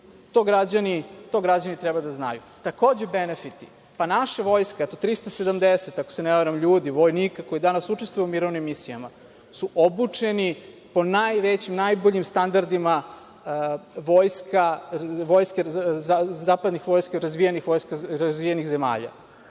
To građani treba da znaju. Takođe, benefiti, naša Vojska, 370, ako se ne varam ljudi, vojnika koji danas učestvuju u mirovnim misijama su obučeni po najvećim, najboljim standardima vojski razvijenih zemalja.